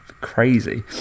Crazy